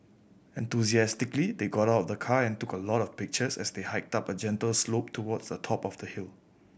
enthusiastically they got out of the car and took a lot of pictures as they hiked up a gentle slope towards the top of the hill